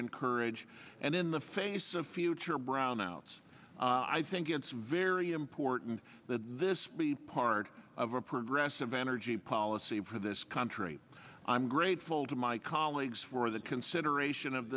encourage and in the face of future brownouts i think it's very important that this be part of a progressive energy policy for this country i'm grateful to my colleagues for the consideration of